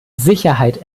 sicherheit